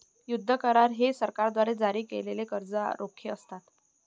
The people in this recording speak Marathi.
युद्ध करार हे सरकारद्वारे जारी केलेले कर्ज रोखे असतात